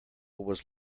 was